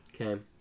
Okay